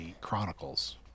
Chronicles